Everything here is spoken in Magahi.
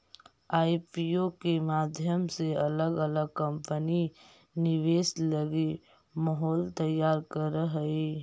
आईपीओ के माध्यम से अलग अलग कंपनि निवेश लगी माहौल तैयार करऽ हई